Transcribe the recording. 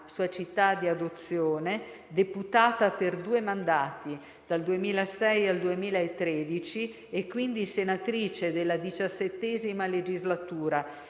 sua città di adozione, deputata per due mandati, dal 2006 al 2013 e, quindi, senatrice della XVII legislatura,